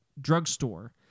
drugstore